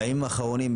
בימים האחרונים,